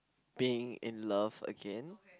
being in love again